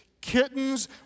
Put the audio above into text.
kittens